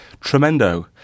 tremendo